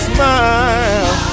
Smile